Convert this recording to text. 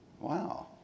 wow